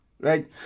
right